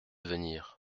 venir